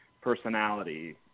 personality